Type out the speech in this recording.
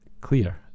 clear